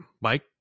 Mike